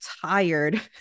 tired